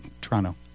Toronto